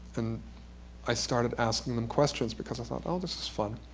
and i started asking them questions because i thought, oh, this is fun.